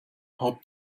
hab